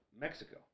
Mexico